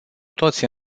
toți